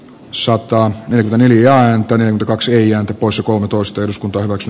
sotaa neljään toimeen kaksia poissa kolmetoista eduskunta voisi